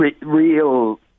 real